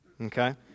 okay